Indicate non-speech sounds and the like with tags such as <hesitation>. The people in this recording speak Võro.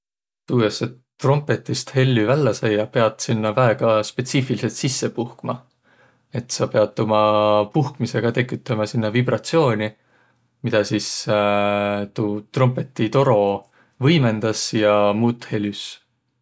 Tuu jaos, et trompetist hellü vällä saiaq, piät sinnäq väega spetsiifiliselt sisse puhkma. Et saq piät uma puhkmisõga sinnäq tekütämä vibratsiooni, midä sis <hesitation> tuu trompetitoro võimõndas ja muut helüs.